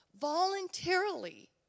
voluntarily